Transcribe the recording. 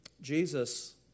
Jesus